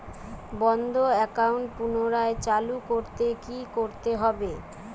বন্ধ একাউন্ট পুনরায় চালু করতে কি করতে হবে?